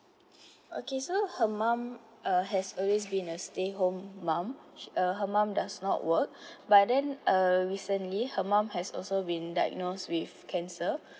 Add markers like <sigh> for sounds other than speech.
okay so her mom uh has always been a stay home mom she uh her mum does not work <breath> but then uh recently her mom has also been diagnosed with cancer